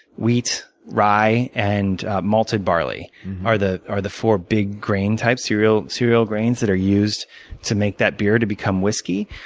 wheat, rye, and malted barley are the are the four big grain types cereal cereal grains, that are used to make that beer to become whiskey.